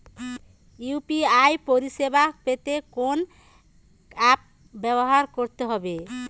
UPI পরিসেবা পেতে কোন অ্যাপ ব্যবহার করতে হবে?